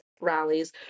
rallies